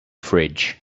fridge